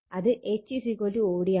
അത് H o d ആണ്